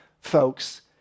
folks